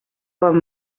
bon